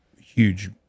huge